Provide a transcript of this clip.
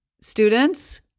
students